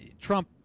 Trump